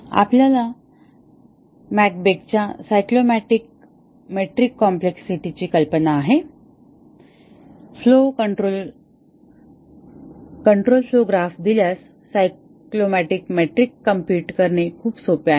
आपल्याकडे मॅककेबच्या cyclomatic metric McCabe's Cyclomatic Metric ची कल्पना आहे कंट्रोल फ्लोव ग्राफ दिल्यास सायक्लोमॅटिक मेट्रिक कॉम्प्युट करणे खूप सोपे आहे